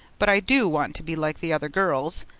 but i do want to be like the other girls,